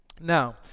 Now